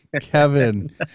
Kevin